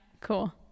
Cool